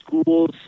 schools